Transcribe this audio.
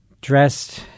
dressed